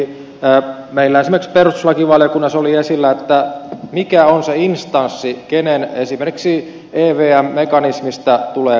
esimerkiksi meillä perustuslakivaliokunnassa oli esillä mikä on se instanssi jonka esimerkiksi evm mekanismista tulee päättää